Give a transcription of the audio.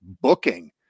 booking